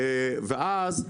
ואז,